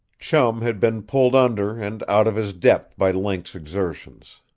chum had been pulled under and out of his depth by link's exertions.